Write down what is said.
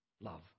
love